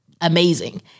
amazing